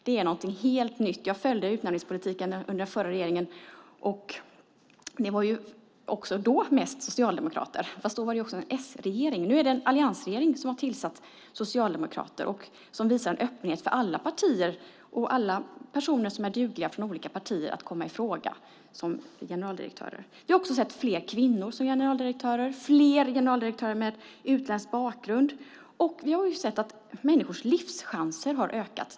Det är något helt nytt. Jag följde utnämningspolitiken under den förra regeringen. Det var också då mest socialdemokrater, fast då var det en s-regering. Nu är det en alliansregering som har tillsatt socialdemokrater och visar en öppenhet för alla partier och personer som är dugliga från olika partier att komma i fråga som generaldirektörer. Jag har också sett fler kvinnor som generaldirektörer och fler generaldirektörer med utländsk bakgrund. Vi har sett att människors livschanser har ökat.